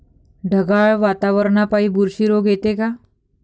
ढगाळ वातावरनापाई बुरशी रोग येते का?